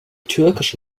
türkische